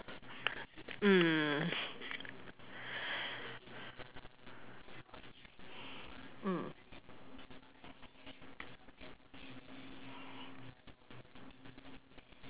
mm mm